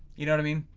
you know what i mean?